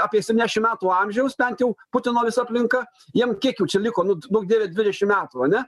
apie septyniasdešim metų amžiaus bent jau putino visa aplinka jiem kiek jau čia liko nu duok dieve dvidešim metų ane